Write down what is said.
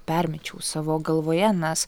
permečiau savo galvoje nes